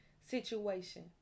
situation